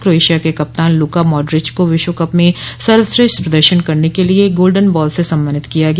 Croatia के कप्तान Luka Modric को विश्वकप में सर्वश्रेष्ठ प्रदर्शन करने के लिए गोल्डन बॉल से सम्मानित किया गया